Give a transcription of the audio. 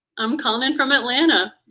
i'm calling in from atlanta.